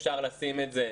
אפשר לשים את זה,